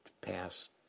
passed